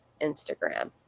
Instagram